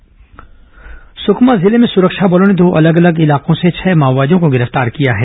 माओवादी समाचार सुकमा जिले में सुरक्षा बलों ने दो अलग अलग इलाकों से छह माओवादियों को गिरफ्तार किया है